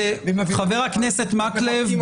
אבל --- חבר הכנסת מקלב,